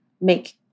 make